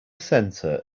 center